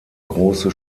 große